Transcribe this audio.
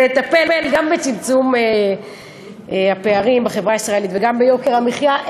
לטפל גם בצמצום הפערים בחברה הישראלית וגם ביוקר המחיה,